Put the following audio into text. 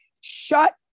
Shut